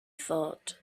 thought